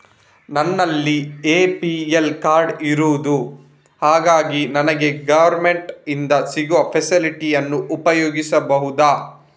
ನನ್ನಲ್ಲಿ APL card ಇರುದು ಹಾಗಾಗಿ ನನಗೆ ಗವರ್ನಮೆಂಟ್ ಇಂದ ಸಿಗುವ ಫೆಸಿಲಿಟಿ ಅನ್ನು ಉಪಯೋಗಿಸಬಹುದಾ?